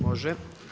Može.